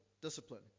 discipline